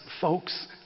folks